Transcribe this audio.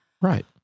Right